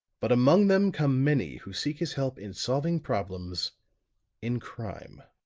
but among them come many who seek his help in solving problems in crime.